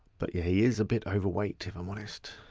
but yeah, he is a bit overweight if i'm honest.